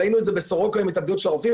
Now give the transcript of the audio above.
ראינו את זה בסורוקה עם ההתאבדות של הרופאים.